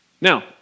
Now